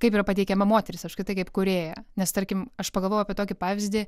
kaip yra pateikiama moterys apskritai kaip kūrėją nes tarkim aš pagalvojau apie tokį pavyzdį